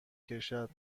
کشد